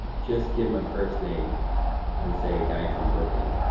just give my first name and say, guy from brooklyn.